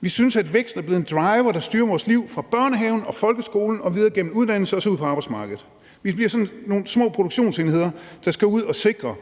Vi synes, at vækst er blevet en driver, der styrer vores liv fra børnehaven og folkeskolen og videre gennem uddannelse – og så ud på arbejdsmarkedet. Vi bliver sådan nogle små produktionsenheder, der skal ud at sikre